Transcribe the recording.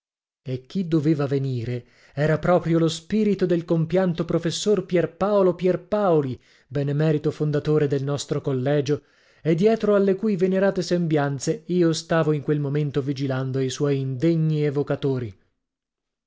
e chi doveva venire era proprio lo spirito del compianto professor pierpaolo pierpaoli benemerito fondatore del nostro collegio e dietro alle cui venerate sembianze io stavo in quel momento vigilando i suoi indegni evocatori